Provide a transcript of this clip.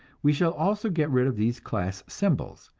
we shall also get rid of these class symbols,